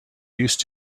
used